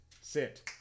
sit